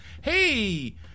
hey